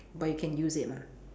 but you can use it mah